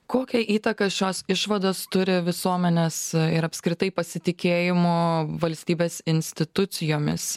kokią įtaką šios išvados turi visuomenės ir apskritai pasitikėjimo valstybės institucijomis